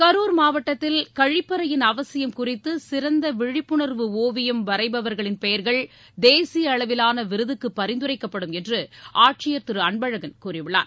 கரூர் மாவட்டத்தில் கழிப்பறையின் அவசியம் குறித்து சிறந்த விழிப்புணர்வு ஒவியம் வரைபவர்களின் பெயர்கள் தேசிய அளவிவான விருதுக்கு பரிந்துரைக்குப்படும் என்று ஆட்சியர் திரு அன்பழகன் கூறியுள்ளார்